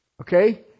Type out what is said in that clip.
okay